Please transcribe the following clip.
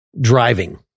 driving